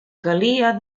calia